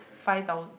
five thousand